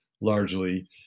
largely